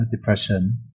depression